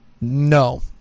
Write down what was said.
no